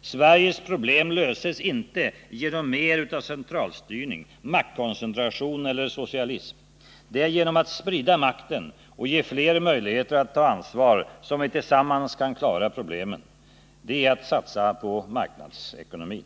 Sveriges problem löses inte genom mer av centralstyrning, maktkoncentration eller socialism. Det är genom att sprida makten och ge fler möjligheten att ta ansvar som vi tillsammans kan klara problemen. Det är att satsa på marknadsekonomin.